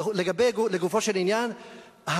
לגופו של עניין,